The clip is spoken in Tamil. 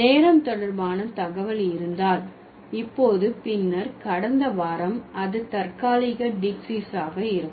நேரம் தொடர்பான தகவல் இருந்தால் இப்போது பின்னர் கடந்த வாரம் அது தற்காலிக டீக்சிஸாக இருக்கும்